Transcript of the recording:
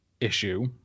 issue